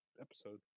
episode